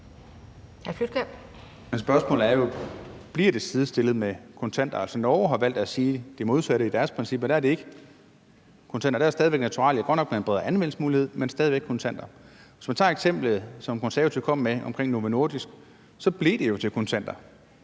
Hvor er det